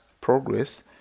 progress